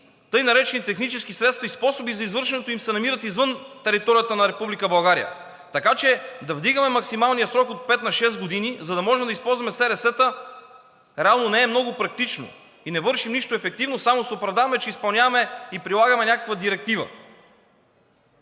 тъй наречените технически средства и способи за извършването им се намират извън територията на Република България. Така че да вдигаме максималният срок от пет на шест години, за да можем да използваме СРС-та реално не е много практично и не вършим нищо ефективно, само се оправдаваме, че изпълняваме и прилагаме някаква директива.